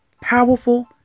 powerful